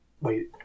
wait